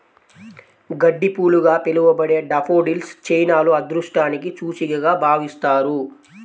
గడ్డిపూలుగా పిలవబడే డాఫోడిల్స్ చైనాలో అదృష్టానికి సూచికగా భావిస్తారు